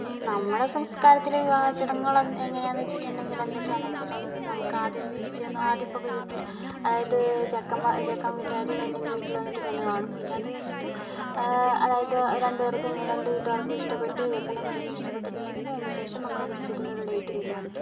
നമ്മുടെ സംസ്കാരത്തിലെ വിവാഹച്ചടങ്ങുകൾ എങ്ങനെയാന്നു വെച്ചിട്ടുണ്ടെങ്കിൽ എന്തൊക്കെയാന്നു വെച്ചിട്ടുണ്ടങ്കിൽ നമുക്കാദ്യം ഒരു നിശ്ചയം ആദ്യം ഇപ്പോൾ വീട്ടിൽ അതായത് ചെക്കൻ വാ ചെക്കൻ വീട്ടുകാർ പെണ്ണിൻ്റെ വീട്ടിൽ വന്നിട്ട് പെണ്ണു കാണും പിന്നെ അതുകഴിഞ്ഞിട്ട് അതായത് രണ്ടുപേർക്കും രണ്ടുവീട്ടുകാർക്കും ഇഷ്ടപ്പെട്ട് ചെക്കനും പെണ്ണിനും ഇഷ്ടപെട്ടിട്ടുണ്ടെങ്കിൽ അതിനുശേഷം നമ്മൾ നിശ്ചയത്തിൻ്റെ ഒരു ഡേറ്റ് തീരുമാനിക്കും